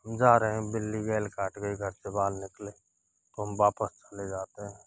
जा रहे हैं बिल्ली गैल काट गई घर से बाहर निकले तो हम वापस चले जाते हैं